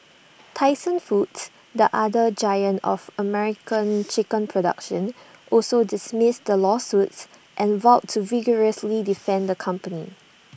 Tyson foods the other giant of American chicken production also dismissed the lawsuits and vowed to vigorously defend the company